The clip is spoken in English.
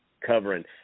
covering